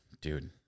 dude